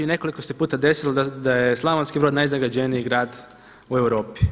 Nekoliko se puta desilo da je Slavonski Brod najzagađeniji grad u Europi.